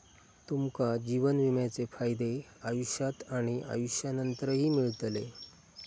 तुमका जीवन विम्याचे फायदे आयुष्यात आणि आयुष्यानंतरही मिळतले